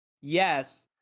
Yes